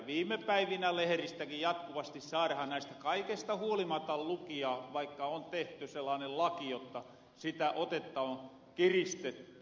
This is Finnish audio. viime päivinä leheristäkin jatkuvasti saarahan näistä kaikesta huolimata lukia vaikka on tehty sellaanen laki jotta sitä otetta on kiristetty